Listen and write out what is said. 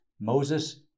Moses